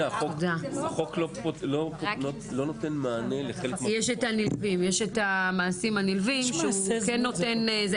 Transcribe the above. החוק לא נותן מענה לחלק --- יש את המעשים הנלווים שהוא כן נותן.